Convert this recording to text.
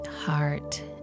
heart